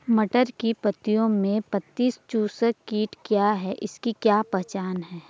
मटर की पत्तियों में पत्ती चूसक कीट क्या है इसकी क्या पहचान है?